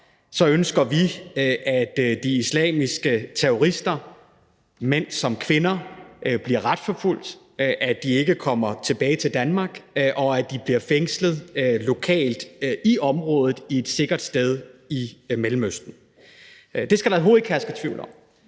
side ønsker vi, at de islamiske terrorister, mænd som kvinder, bliver retsforfulgt, at de ikke kommer tilbage til Danmark, og at de bliver fængslet lokalt i området på et sikkert sted i Mellemøsten. Det skal der overhovedet ikke herske tvivl om.